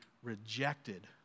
rejected